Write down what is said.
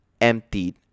emptied